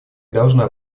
должна